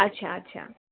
আচ্ছা আচ্ছা